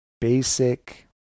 basic